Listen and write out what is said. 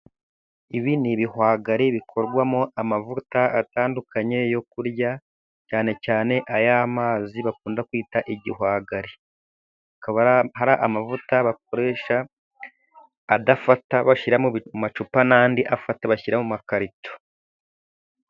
Ibi ni ibihwagari bikorwamo amavuta atandukanye yo kurya, cyane cyane ay'amazi bakunda kwita igihwagari. Hakaba hari amavuta bakoresha, adafata bashyiramo macupa n'andi afata bashyira mu makarito.